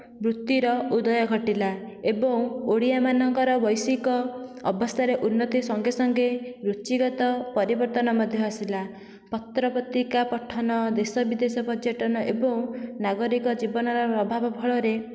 ବୃତ୍ତିର ଉଦୟ ଘଟିଲା ଏବଂ ଓଡ଼ିଆମାନଙ୍କର ବୈଷୟିକ ଅବସ୍ଥାରେ ଉନ୍ନତି ସଙ୍ଗେ ସଙ୍ଗେ ରୁଚିଗତ ପରିବର୍ତ୍ତନ ମଧ୍ୟ ଆସିଲା ପତ୍ର ପତ୍ରିକା ପଠନ ଦେଶ ବିଦେଶ ପର୍ଯ୍ୟଟନ ଏବଂ ନାଗରିକ ଜୀବନର ଅଭାବ ଫଳରେ